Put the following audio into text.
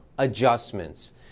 adjustments